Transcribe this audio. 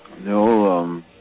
No